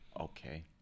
okay